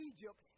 Egypt